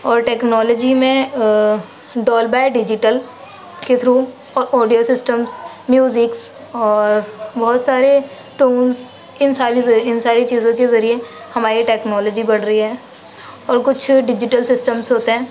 اور ٹیکنالوجی میں ڈال بئے ڈیجیٹل کے تھرو اور آڈیو سسٹمس میوزکس اور بہت سارے ٹولس ان سالی چی ان ساری چیزوں کے ذریعے ہماری ٹیکنالوجی بڑھ رہی ہے اور کچھ ڈیجیٹل سسٹمس ہوتے ہیں